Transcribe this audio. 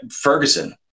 Ferguson